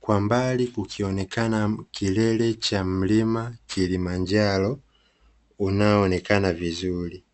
kwa mbali kUkionekana kilele cha mlima Kilimanjaro unaoonekana vizuri.